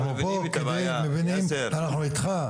אנחנו פה על מנת להבין, אנחנו איתך.